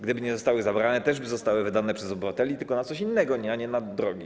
Gdyby nie zostały zabrane, też by zostały wydane przez obywateli tylko na coś innego, akurat nie na drogi.